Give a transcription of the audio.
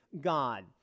God